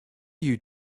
you